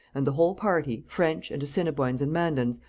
and the whole party, french and assiniboines and mandans,